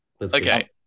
Okay